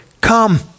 come